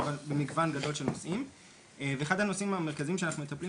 אחד הנושאים המרכזיים שאנחנו מטפלים